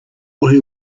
who